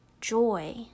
joy